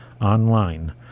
online